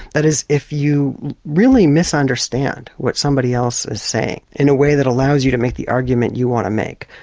that is, if you really misunderstand what somebody else is saying in a way that allows you to make the argument you want to make,